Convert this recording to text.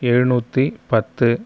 எழுநூற்றி பத்து